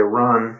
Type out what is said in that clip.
run